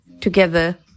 together